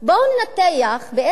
מחנכים דורות